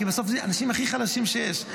כי בסוף זה האנשים הכי חלשים שיש.